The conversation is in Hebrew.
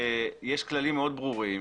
יש כללים מאוד ברורים,